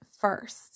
first